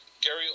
Gary